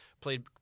played –